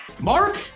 Mark